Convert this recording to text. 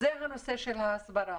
הנושא של ההסברה.